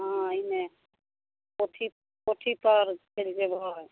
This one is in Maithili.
हाँ अइमे कथी कोठीपार हय